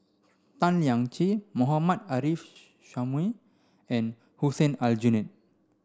Tan Lian Chye Mohammad Arif Suhaimi and Hussein Aljunied